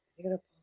Beautiful